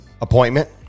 appointment